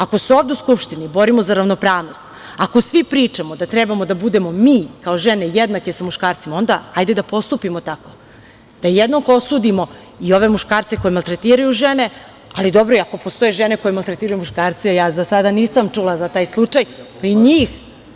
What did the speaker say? Ako se ovde u Skupštini borimo za ravnopravnost, ako svi pričamo da treba da budemo mi kao žene jednake sa muškarcima, onda hajde da postupimo tako, da jednako osudimo i ove muškarce koji maltretiraju žene, ali i ako postoje žene koje maltretiraju muškarce, ja za sada nisam čula za taj slučaj, pa i njih.